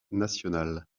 nationale